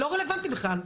לא רלוונטי בכלל.